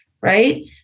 right